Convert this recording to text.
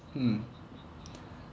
mm